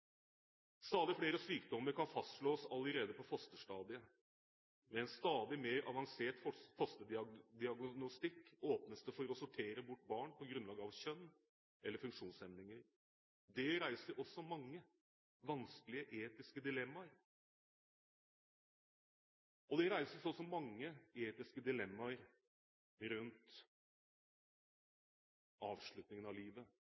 Stadig flere sykdommer kan fastslås allerede på fosterstadiet. Med en stadig mer avansert fosterdiagnostikk åpnes det for å sortere bort barn på grunnlag av kjønn eller funksjonshemninger. Det reises også mange vanskelige etiske dilemmaer rundt avslutningen av livet, f.eks. om hvor lenge en behandling skal fortsette, og uten en lov som konkret verner livet,